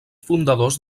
fundadors